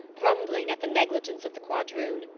grumbling at the negligence of the quadroon,